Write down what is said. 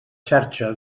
xarxa